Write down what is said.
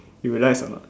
you realize or not